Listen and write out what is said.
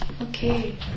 Okay